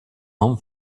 home